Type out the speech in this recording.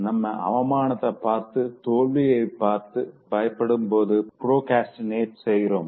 நம்ம அவமானத்த பார்த்து தோல்விய பார்த்து பயப்படும் போது ப்ரோக்ரஸ்டினேட் செய்றோம்